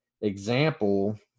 example